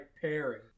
pairing